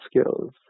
skills